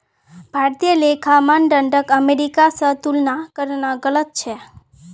भारतीय लेखा मानदंडक अमेरिका स तुलना करना गलत छेक